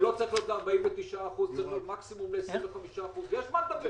זה צריך להיות מקסימום 25%. מדובר